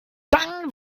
dann